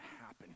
happen